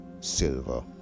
silver